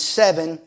seven